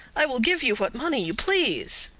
i will give you what money you please.